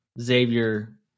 Xavier